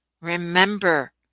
Remember